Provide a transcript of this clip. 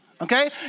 Okay